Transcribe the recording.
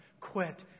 quit